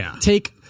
take